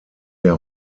der